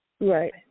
Right